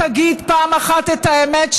תגיד פעם אחת את האמת,